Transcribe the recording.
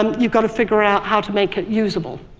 um you've got to figure out how to make it useable.